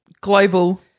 Global